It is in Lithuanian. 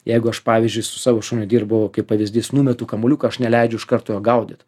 jeigu aš pavyzdžiui su savo šuniu dirbu kaip pavyzdys numetu kamuoliuką aš neleidžiu iš karto jo gaudyt